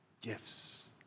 gifts